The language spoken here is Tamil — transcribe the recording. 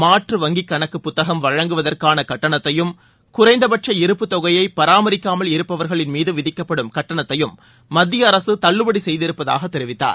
மாற்று வங்கி கணக்கு புத்தகம் வழங்குவதற்கான கட்டணத்தையும் குறைந்தபட்ச இருப்பு தொகையை பராமரிக்காமல் இருப்பவர்களின் மீது விதிக்கப்படும் கட்டணத்தையும் செய்திருப்பதாக தெரிவித்தார்